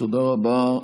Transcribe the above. תודה רבה.